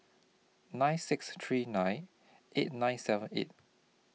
nine six three nine eight nine seven eight